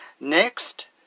next